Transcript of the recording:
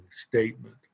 statement